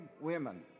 women